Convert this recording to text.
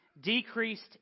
decreased